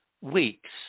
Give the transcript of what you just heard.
weeks